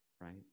right